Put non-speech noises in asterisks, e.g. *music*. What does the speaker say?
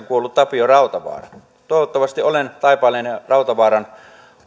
*unintelligible* kuollut tapio rautavaara toivottavasti olen taipaleen ja rautavaaran